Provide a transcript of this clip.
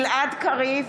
בהצבעה גלעד קריב,